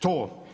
To.